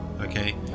okay